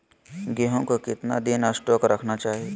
गेंहू को कितना दिन स्टोक रखना चाइए?